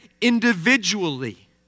individually